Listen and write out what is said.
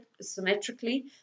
symmetrically